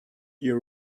you